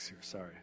sorry